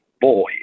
boy